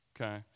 okay